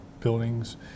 buildings